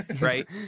right